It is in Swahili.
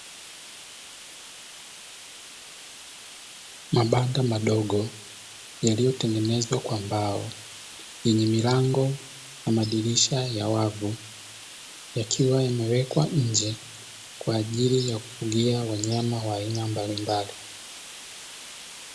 Mabanda madogo yaliyotengenezwa kwa mbao yenye milango na madirisha ya wavu, yakiwa yamewekwa nje kwa ajili ya kufugia wanyama wa aina mbalimbali.